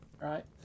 right